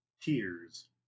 tears